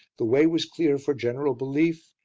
the way was clear for general belief,